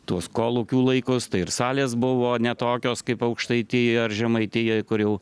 tuos kolūkių laikus tai ir salės buvo ne tokios kaip aukštaitijoj ar žemaitijoj kur jau